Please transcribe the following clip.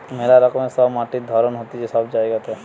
মেলা রকমের সব মাটির ধরণ হতিছে সব জায়গাতে